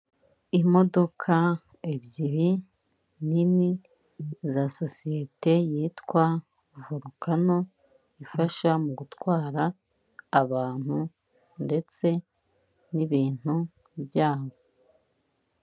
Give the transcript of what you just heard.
Imodoka ebyiri nini za sosiyete yitwa volukano, ifasha mu gutwara abantu ndetse n'ibintu byabo.